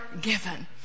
given